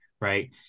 Right